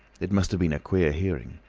it must have been queer hearing.